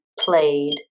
played